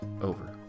over